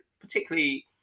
particularly